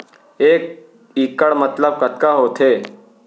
एक इक्कड़ मतलब कतका होथे?